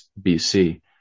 BC